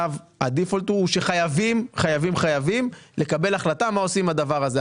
הדיפולט הוא שחייבים חייבים חייבים לקבל החלטה מה עושים עם הדבר הזה.